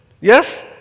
Yes